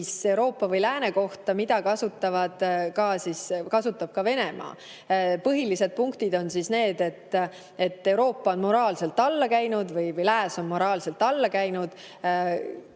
Euroopa või lääne kohta, mida kasutab Venemaa. Põhilised punktid on need, et Euroopa on moraalselt alla käinud või lääs on moraalselt alla käinud,